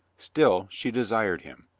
still she desired him,